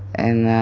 and